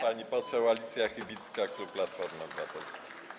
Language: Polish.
Pani poseł Alicja Chybicka, klub Platformy Obywatelskiej.